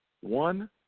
One